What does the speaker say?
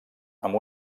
amb